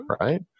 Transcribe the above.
right